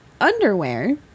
underwear